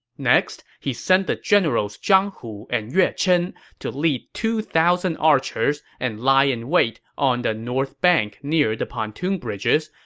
next, he sent the generals zhang hu and yue chen to lead two thousand archers and lie in wait on the north bank near the pontoon bridges,